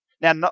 Now